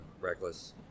Reckless